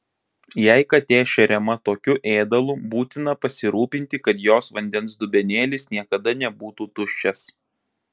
jei katė šeriama tokiu ėdalu būtina pasirūpinti kad jos vandens dubenėlis niekada nebūtų tuščias